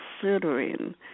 considering